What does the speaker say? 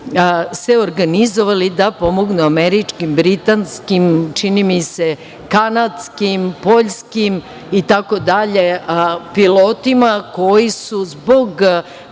se organizovali da pomognu američkim, britanskim, čini mi se, kanadskim, poljskim itd. pilotima koji su zbog